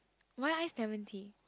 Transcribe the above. why ice lemon tea